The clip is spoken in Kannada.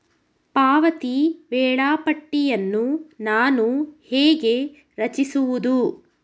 ಪಾವತಿ ವೇಳಾಪಟ್ಟಿಯನ್ನು ನಾನು ಹೇಗೆ ರಚಿಸುವುದು?